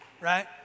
Right